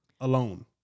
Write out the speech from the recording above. alone